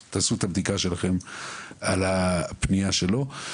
אז תעשו את הבדיקה שלכם על הפנייה שלו.